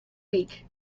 week